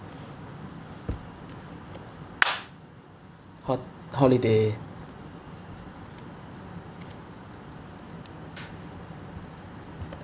ho~ holiday